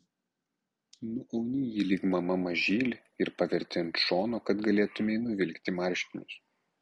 nuauni jį lyg mama mažylį ir paverti ant šono kad galėtumei nuvilkti marškinius